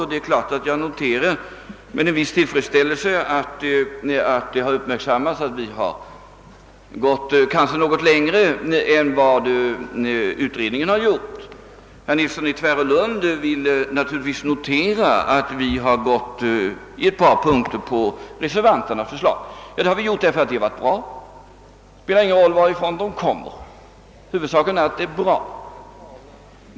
Givetvis noterar jag med en viss tillfredsställelse att det har uppmärksammats att vi har gått kanske något längre än vad utredningen gjort. Herr Nilsson i Tvärålund vill naturligtvis notera att vi på ett par punkter har följt reservanternas förslag. Det har vi gjort därför att förslagen varit bra. Det spelar ingen roll varifrån förslagen kommer, huvudsaken är att de är bra.